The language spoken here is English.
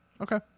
Okay